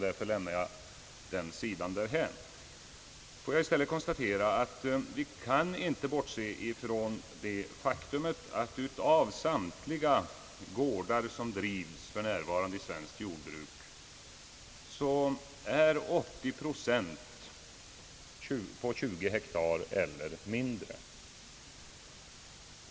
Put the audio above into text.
Låt mig i stället konstatera, att vi inte kan bortse från det faktum att 80 procent av samtliga gårdar, som för närvarande drivs inom svenskt jordbruk, är på tjugo hektar eller mindre.